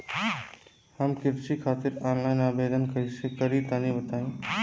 हम कृषि खातिर आनलाइन आवेदन कइसे करि तनि बताई?